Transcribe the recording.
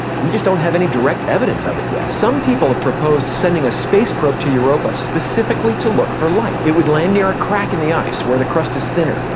we just don't have any direct evidence of it yet. some people have proposed sending a space probe to europa specifically to look for life. it would land near a crack in the ice, where the crust is thinner,